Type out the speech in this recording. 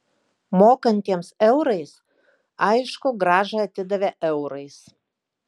mokantiems eurais aišku grąžą atidavė eurais